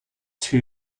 two